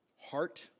heart